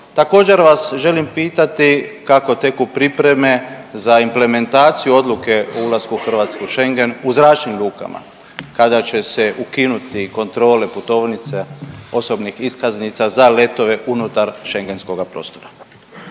Također vas želim pitati kako teku pripreme za implementaciju odluke o ulasku Hrvatske u Schengen u zračnim lukama kada će se ukinuti kontrole putovnica, osobnih iskaznica za letove unutar Schengenskoga prostora.